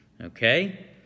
Okay